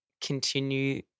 continue